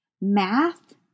Math